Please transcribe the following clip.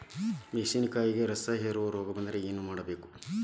ಮೆಣಸಿನಕಾಯಿಗಳಿಗೆ ರಸಹೇರುವ ರೋಗ ಬಂದರೆ ಏನು ಮಾಡಬೇಕು?